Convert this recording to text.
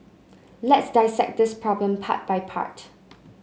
let's dissect this problem part by part